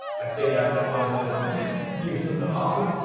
i say that, but honestly i don't use them that often.